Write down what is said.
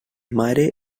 mare